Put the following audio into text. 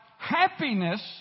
Happiness